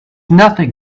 nothing